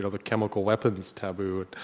know, the chemical weapons taboo.